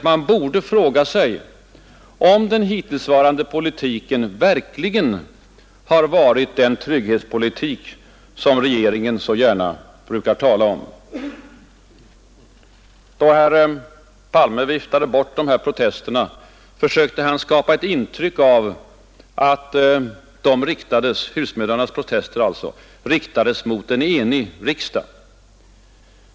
Man borde fråga sig om den hittillsvarande politiken verkligen varit den trygghetspolitik regeringen brukar tala om. Då herr Palme viftade bort husmödrarnas protester sökte han skapa intryck av att de riktades mot en enig riksdag.